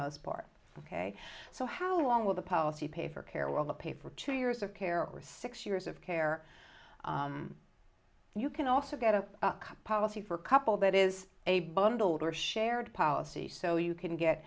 most part ok so how long will the policy pay for care will the pay for two years of care or six years of care and you can also get a policy for couple that is a bundled or shared policy so you can get